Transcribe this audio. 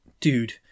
dude